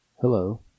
Hello